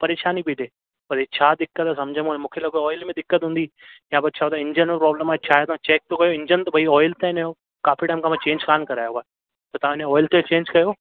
परेशानी पेई थिए पर छा दिक़त आहे समुझ में कोन मूंखे लॻो ऑयल में दिक़त हूंदी या पोइ छा त इंजन में प्रोब्लम आहे छा आहे मां चैक थो कया इंजन त भई ऑयल हिनजो काफ़ी टाइम खां चैंज कान करायो आहे त तव्हां हिनजो ऑयल त चैंज कयो